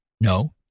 no